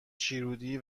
شیرودی